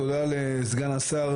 תודה לסגן השר,